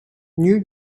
new